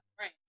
right